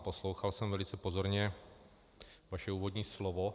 Poslouchal jsem velice pozorně vaše úvodní slovo...